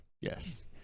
Yes